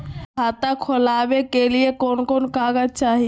खाता खोलाबे के लिए कौन कौन कागज चाही?